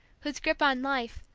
whose grip on life,